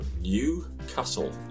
Newcastle